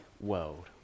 world